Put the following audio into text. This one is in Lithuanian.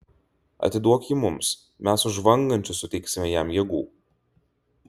atiduok jį mums mes už žvangančius suteiksime jam jėgų